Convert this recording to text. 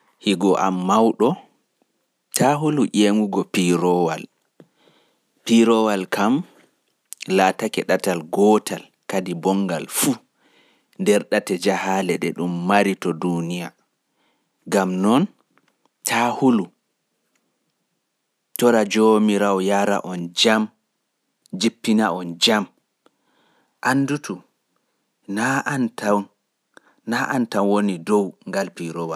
Piirowal kam laatake ɗatal gootal kadi bonngal fuu nder ɗate jahaale ɗe ɗun mari to duuniya. Gam non, ta hulu, tora jomirawo ceniɗo yaara on jam jippina-on jam. Andutu, naa antan, on ɗuuɗɓe to nder.